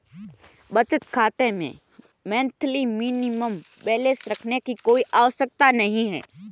बचत खाता में मंथली मिनिमम बैलेंस रखने की कोई आवश्यकता नहीं है